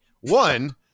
One